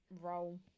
role